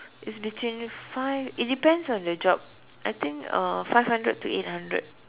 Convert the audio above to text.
it's between five it depends on the job I think uh five hundred to eight hundred